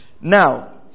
Now